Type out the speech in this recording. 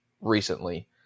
recently